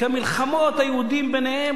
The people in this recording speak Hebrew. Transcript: כי מלחמות היהודים ביניהם,